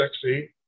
sexy